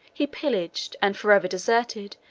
he pillaged, and forever deserted,